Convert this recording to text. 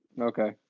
okay